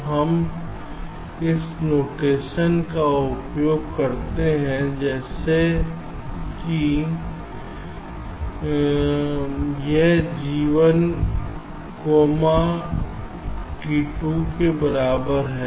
तो हम इस नोटेशन का उपयोग करते हैं जैसे कि यह g 1 कोमा t 2 के बराबर